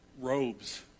robes